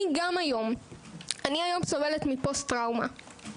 אני היום סובלת מפוסט טראומה.